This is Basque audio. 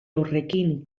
horrekin